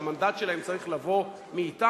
שהמנדט שלהם צריך לבוא מאתנו,